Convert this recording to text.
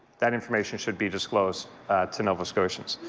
that information should be disclosed to nova scotians.